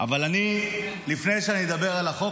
אבל לפני שאני אדבר על החוק,